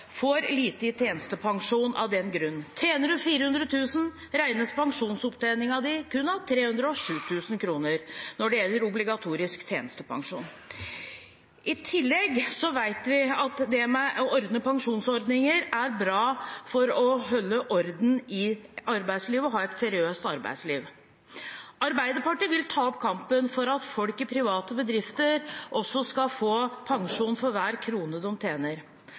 får lite i tjenestepensjon av den grunn. Tjener en 400 000 kr, regnes ens pensjonsopptjening kun av 307 000 kr når det gjelder obligatorisk tjenestepensjon. I tillegg vet vi at det å ordne pensjonsordninger er bra for å holde orden i arbeidslivet og ha et seriøst arbeidsliv. Arbeiderpartiet vil ta opp kampen for at folk i private bedrifter også skal få pensjon for hver krone de tjener.